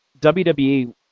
WWE